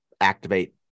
activate